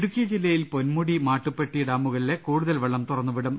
ഇടുക്കി ജില്ലയിൽ പൊൻമുടി മാട്ടുപ്പെട്ടി ഡാമുകളിലെ കൂടുതൽ വെളളം തുറന്നു വിടും